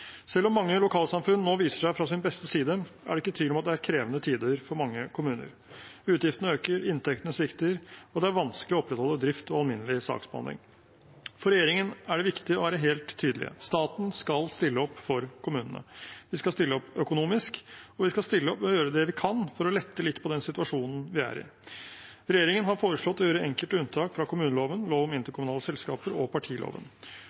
Selv om mange lokalsamfunn nå viser seg fra sin beste side, er det ikke tvil om at det er krevende tider for mange kommuner. Utgiftene øker, inntektene svikter, og det er vanskelig å opprettholde drift og alminnelig saksbehandling. For regjeringen er det viktig å være helt tydelig. Staten skal stille opp for kommunene. Vi skal stille opp økonomisk, og vi skal stille opp ved å gjøre det vi kan for å lette litt på den situasjonen vi er i. Regjeringen har foreslått å gjøre enkelte unntak fra kommuneloven, lov om interkommunale selskaper og partiloven.